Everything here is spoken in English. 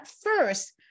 first